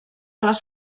les